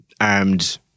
armed